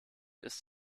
ist